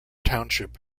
township